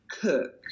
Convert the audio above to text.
cook